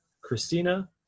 christina